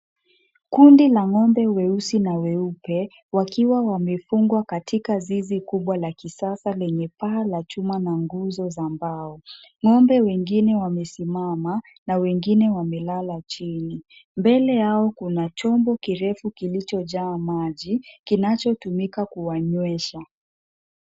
Kundi la ng'ombe weusi na weupe, wakiwa wamefungwa katika zizi kubwa la kisasa lenye paa la chuma na nguzo za mbao. Ng'ombe wengine wamesimama na wengine wamelala chini. Mbele yao kuna chombo kirefu kilichojaa maji, kinachotumika kuwanywesha.